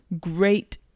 great